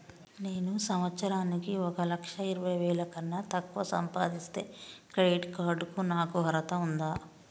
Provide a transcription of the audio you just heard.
నేను సంవత్సరానికి ఒక లక్ష ఇరవై వేల కన్నా తక్కువ సంపాదిస్తే క్రెడిట్ కార్డ్ కు నాకు అర్హత ఉందా?